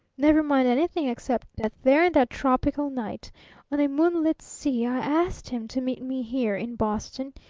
never mind anything except that there, in that tropical night on a moonlit sea, i asked him to meet me here, in boston,